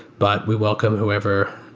but we welcome whoever.